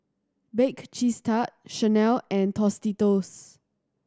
Bake Cheese Tart Chanel and Tostitos